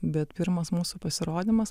bet pirmas mūsų pasirodymas